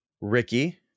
Ricky